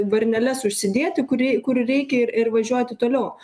varneles užsidėti kur rei kur reikia ir ir važiuoti toliau